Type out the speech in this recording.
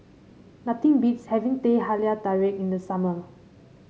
nothing beats having Teh Halia Tarik in the summer